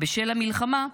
בשל המלחמה,